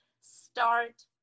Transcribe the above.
start